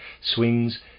swings